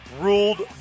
Ruled